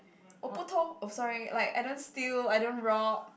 wo bu tou oh sorry like I don't steal I don't rob